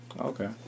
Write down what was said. Okay